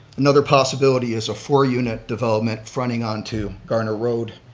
another possibility is a four unit development fronting on to garner road.